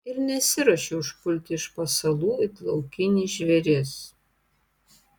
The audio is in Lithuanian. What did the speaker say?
ir nesiruošiu užpulti iš pasalų it laukinis žvėris